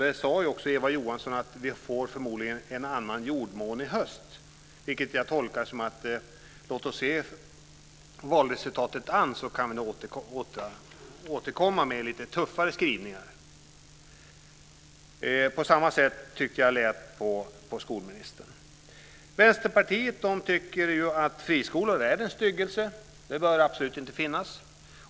Eva Johansson sade också att vi i höst förmodligen får en annan jordmån, vilket jag tolkar som att man ska se valresultatet an och sedan kan återkomma med lite tuffare skrivningar. Så lät det också på skolministern. Vänsterpartiet tycker att friskolor är en styggelse som absolut inte bör finnas.